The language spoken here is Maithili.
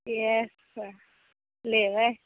इएह सब लेबै